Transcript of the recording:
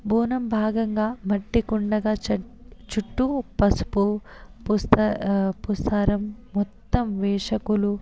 బోనం భాగంగా మట్టికుండగా చ చుట్టూ పసుపు పూస్తా పూస్తారు మొత్తం వేషకులు